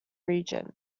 region